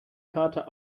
kater